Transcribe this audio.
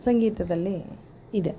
ಸಂಗೀತದಲ್ಲಿ ಇದೆ